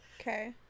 Okay